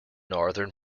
northern